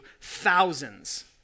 thousands